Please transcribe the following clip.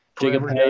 Jacob